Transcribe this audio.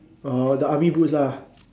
orh the army boots ah